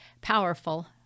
powerful